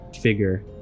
figure